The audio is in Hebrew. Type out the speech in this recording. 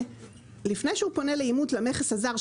לפני שהוא פונה לאימות למכס הזר,